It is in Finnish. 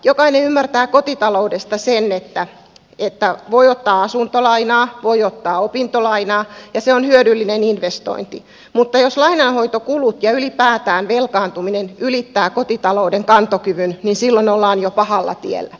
jokainen ymmärtää kotitaloudesta sen että voi ottaa asuntolainaa voi ottaa opintolainaa ja se on hyödyllinen investointi mutta jos lainanhoitokulut ja ylipäätään velkaantuminen ylittävät kotitalouden kantokyvyn silloin ollaan jo pahalla tiellä